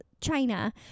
china